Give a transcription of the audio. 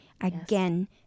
again